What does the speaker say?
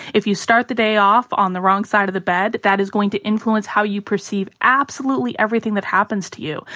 if you start the day off on the wrong side of the bed, that that is going to influence how you perceive absolutely everything that happens to you.